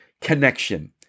connection